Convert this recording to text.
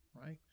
right